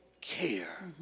care